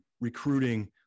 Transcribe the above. recruiting